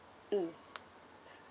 mm